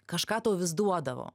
kažką tau vis duodavo